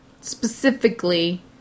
specifically